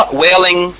wailing